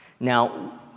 Now